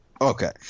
Okay